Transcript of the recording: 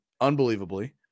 unbelievably